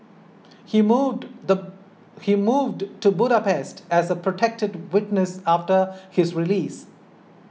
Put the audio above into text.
he moved he moved to Budapest as a protected witness after his release